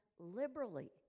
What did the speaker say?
Liberally